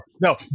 no